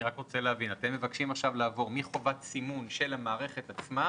אתם מבקשים עכשיו לעבור מחובת סימון של המערכת עצמה